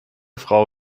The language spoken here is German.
frau